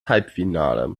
halbfinale